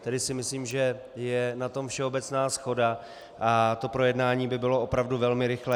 Tedy si myslím, že je na tom všeobecná shoda a projednání by bylo velmi rychlé.